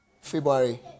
February